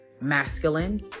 masculine